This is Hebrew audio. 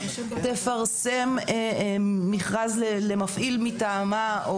תפרסם מכרז למפעיל מטעמה,